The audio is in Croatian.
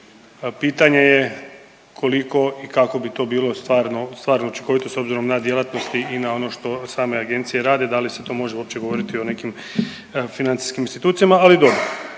pitanje je koliko i kako bi to bilo stvarno, stvarno učinkovito s obzirom na djelatnosti i na ono što same agencije rade, da li se tu može uopće govoriti o nekim financijskim institucija, ali dobro.